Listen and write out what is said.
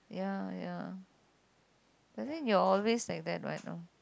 ya ya I think you're always like that what no